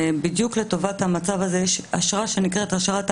בדיוק לטובת המצב הזה יש אשרה שנקראת אשרת א'1,